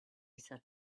sat